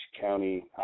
County